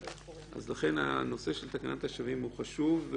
לכן הנושא של תקנת השבים חשוב.